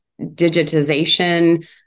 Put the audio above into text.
digitization